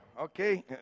Okay